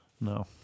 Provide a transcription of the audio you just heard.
no